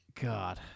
god